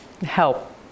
help